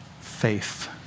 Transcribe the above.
faith